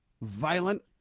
violent